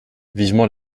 vivement